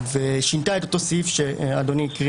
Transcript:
ושינתה את אותו סעיף שאדוני קרא